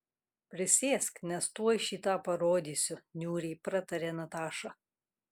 prisėsk nes tuoj šį tą parodysiu niūriai pratarė nataša